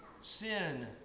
Sin